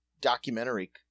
documentary